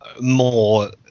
more